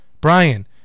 Brian